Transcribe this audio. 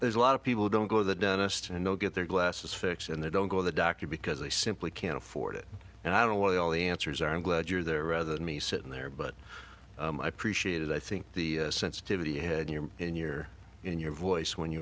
there's a lot of people don't go to the dentist and they'll get their glasses fixed and they don't go to the doctor because they simply can't afford it and i don't know why all the answers are i'm glad you're there rather than me sitting there but i appreciate it i think the sensitivity in your in your voice when you